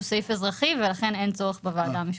שהוא סעיף אזרחי ולכן אין צורך בוועדה המשותפת.